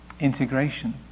integration